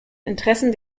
interessen